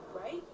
right